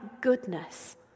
goodness